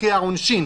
מתייחס לשניהם.